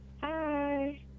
Hi